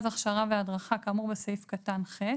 הכשרה והדרכה כאמור בסעיף קטן (ח),